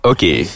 Okay